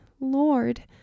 Lord